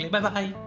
Bye-bye